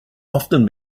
often